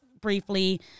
briefly